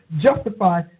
justify